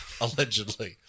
allegedly